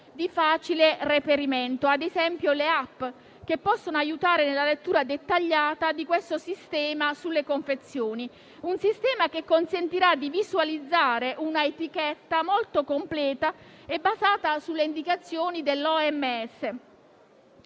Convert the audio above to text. di facile reperimento, quali, ad esempio, le *app*, che possono aiutare nella lettura dettagliata di questo sistema sulle confezioni. Un sistema che consentirà di visualizzare un'etichetta molto completa e basata sulle indicazioni